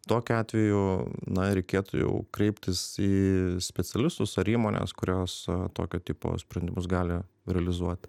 tokiu atveju na reikėtų jau kreiptis į specialistus ar įmones kurios tokio tipo sprendimus gali realizuoti